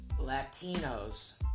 Latinos